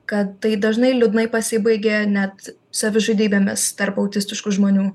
kad tai dažnai liūdnai pasibaigė net savižudybėmis tarp autistiškų žmonių